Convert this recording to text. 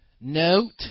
note